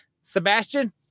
Sebastian